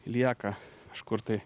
lieka kažkur tai